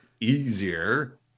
easier